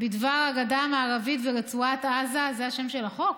בדבר הגדה המערבית ורצועת עזה, זה השם של החוק?